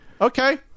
Okay